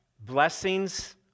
blessings